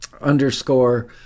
underscore